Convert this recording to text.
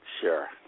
Sure